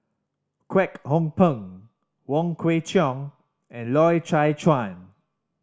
Kwek Hong Png Wong Kwei Cheong and Loy Chye Chuan